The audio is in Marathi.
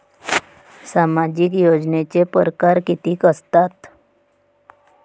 सामाजिक योजनेचे परकार कितीक असतात?